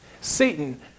Satan